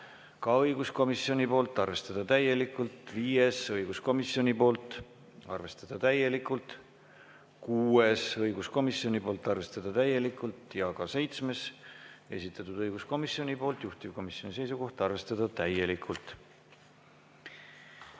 ka õiguskomisjonilt, arvestada täielikult. Viies, õiguskomisjonilt, arvestada täielikult. Kuues, õiguskomisjonilt, arvestada täielikult. Ja ka seitsmenda on esitanud õiguskomisjon, juhtivkomisjoni seisukoht: arvestada täielikult.